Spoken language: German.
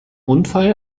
unfall